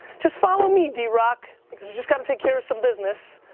just follow me drock because we just gotta take care of some business.